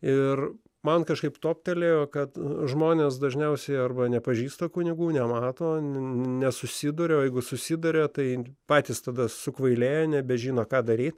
ir man kažkaip toptelėjo kad žmonės dažniausiai arba nepažįsta kunigų nemato nesusiduria o jeigu susiduria tai patys tada sukvailėja nebežino ką daryti